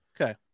Okay